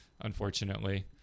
unfortunately